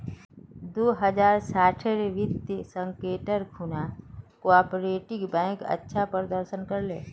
दो हज़ार साटेर वित्तीय संकटेर खुणा कोआपरेटिव बैंक अच्छा प्रदर्शन कर ले